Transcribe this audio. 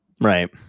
Right